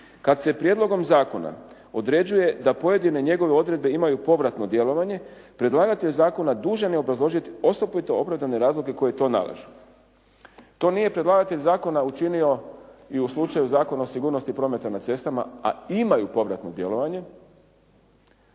kad se prijedlogom zakona određuje da pojedine njegove odredbe imaju povratno djelovanje, predlagatelj zakona dužan je obrazložiti osobito opravdane razloge koji to nalažu. To nije predlagatelj zakona učinio i u slučaju Zakona o sigurnosti prometa na cestama, a imaju povratno djelovanje